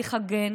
בהליך הוגן,